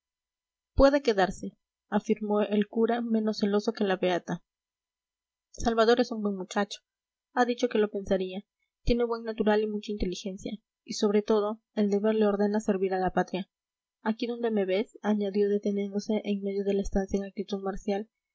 puede quedarse afirmó el cura menos celoso que la beata salvador es un buen muchacho ha dicho que lo pensaría tiene buen natural y mucha inteligencia y sobre todo el deber le ordena servir a la patria aquí donde me ves añadió deteniéndose en medio de la estancia en actitud marcial